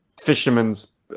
fisherman's